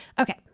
Okay